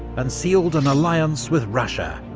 and sealed an alliance with russia.